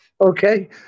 Okay